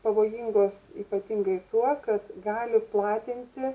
pavojingos ypatingai tuo kad gali platinti